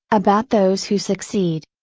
about those who succeed.